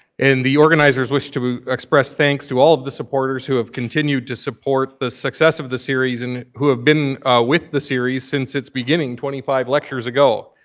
and the organizers wish to express thanks to all of the supporters who have continued to support the success of the series, and who have been with the series since its beginning, twenty five like years ago.